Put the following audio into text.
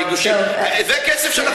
זה כסף.